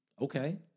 okay